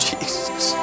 Jesus